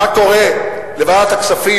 לוועדת הכספים,